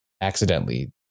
accidentally